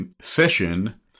session